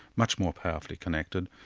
much more powerfully connected.